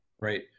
right